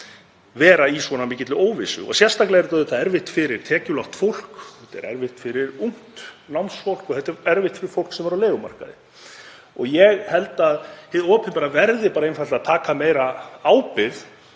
vera í mikilli óvissu. Og sérstaklega er það erfitt fyrir tekjulágt fólk. Þetta er erfitt fyrir ungt námsfólk og þetta er erfitt fyrir fólk sem er á leigumarkaði. Ég held að hið opinbera verði einfaldlega að taka meiri ábyrgð